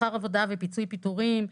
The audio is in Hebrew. שכר עבודה ופיצויי פיטורין,